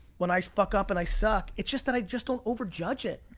when i fuck up and i suck, it's just that i just don't over-judge it.